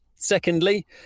Secondly